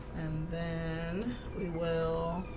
then we will